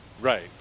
right